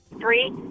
Three